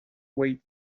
wait